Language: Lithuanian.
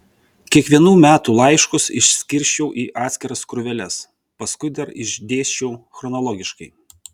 kiekvienų metų laiškus išskirsčiau į atskiras krūveles paskui dar išdėsčiau chronologiškai